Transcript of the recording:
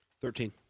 Thirteen